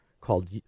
called